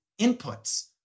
inputs